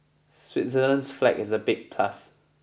Switzerland's flag is a big plus